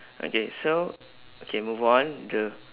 okay so okay move on the